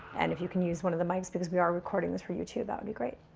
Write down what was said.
and if you can use one of the mics, because we are recording this for youtube, that would be great.